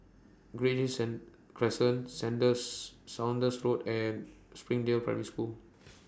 Green Crescentc Saunders Road and Springdale Primary School